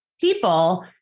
people